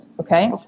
okay